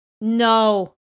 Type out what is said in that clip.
No